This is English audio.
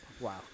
wow